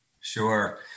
Sure